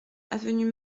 avenue